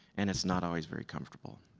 and is not always very comfortable.